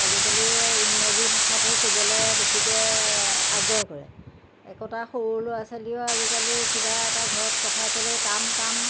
আজিকালি ইংৰাজী ভাষাটো ক'বলে বেছিকৈ আগ্ৰহ কৰে একতা সৰু ল'ৰা ছোৱালীয়েও আজিকালি কিবা এটা ঘৰত কথা ক'লেও কাম কাম